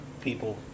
people